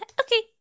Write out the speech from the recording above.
Okay